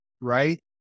right